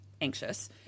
anxious